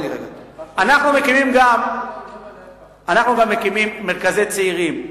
אנחנו גם מקימים מרכזי צעירים,